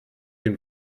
den